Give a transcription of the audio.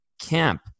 camp